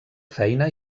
feina